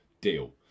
deal